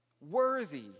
worthy